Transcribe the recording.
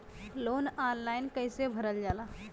Loan online कइसे भरल जाला?